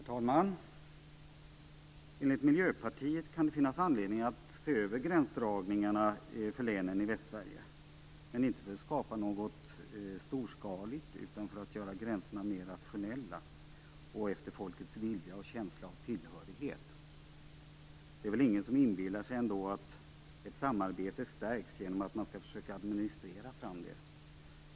Herr talman! Enligt Miljöpartiet kan det finnas anledning att se över gränsdragningarna för länen i Västsverige, men inte för att skapa något storskaligt utan för att göra gränserna mer rationella och efter folkets vilja och känsla av tillhörighet. Det är väl ändå ingen som inbillar sig att ett samarbete stärks genom att man skall försöka administrera fram det.